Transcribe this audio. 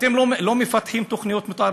אתם לא מפתחים תוכניות מתאר,